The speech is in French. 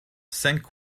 cinq